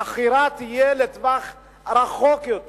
החכירה תהיה לטווח ארוך יותר